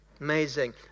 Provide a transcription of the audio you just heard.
Amazing